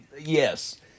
yes